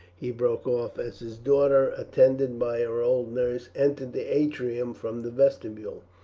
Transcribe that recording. he broke off, as his daughter, attended by her old nurse, entered the atrium from the vestibule.